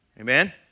Amen